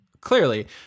Clearly